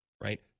right